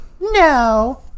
no